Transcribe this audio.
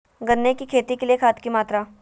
गन्ने की खेती के लिए खाद की मात्रा?